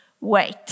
wait